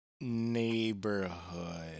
neighborhood